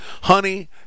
Honey